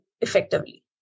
effectively